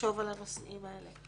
לחשוב על הנושאים האלה.